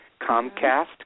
Comcast